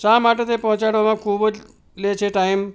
શા માટે તે પહોંચાડવામાં ખૂબ જ લે છે ટાઈમ